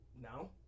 No